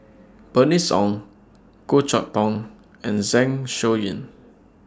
Bernice Ong Goh Chok Tong and Zeng Shouyin